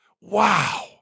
wow